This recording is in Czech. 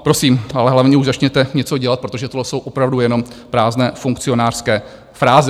Prosím, ale hlavně už začněte něco dělat, protože tohle jsou opravdu jenom prázdné funkcionářské fráze.